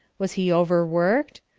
was he overworked?